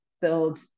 build